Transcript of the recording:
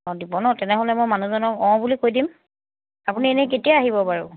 অঁ দিব ন তেনেহ'লে মই মানুহজনক অঁ বুলি কৈ দিম আপুনি এনেই কেতিয়া আহিব বাৰু